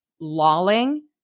lolling